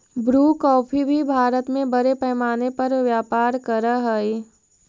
Bru coffee भी भारत में बड़े पैमाने पर व्यापार करअ हई